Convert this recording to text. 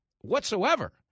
whatsoever